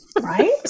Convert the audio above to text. right